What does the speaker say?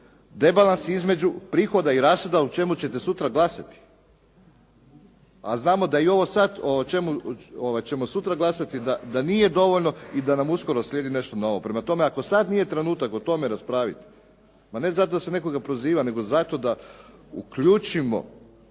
debalans između prihoda i rashoda o čemu ćete sutra glasati. A znamo da i ovo sad o čemu ćemo sutra glasati da nije dovoljno i da nam uskoro slijedi nešto novo. Prema tome, ako sad nije trenutak o tome raspraviti ma ne zato da se nekoga proziva nego zato da uključimo,